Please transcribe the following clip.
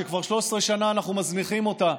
שכבר 13 שנה אנחנו מזניחים אותה,